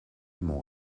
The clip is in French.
mon